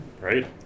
Right